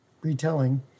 retelling